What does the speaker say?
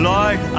Lord